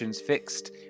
fixed